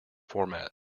format